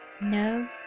no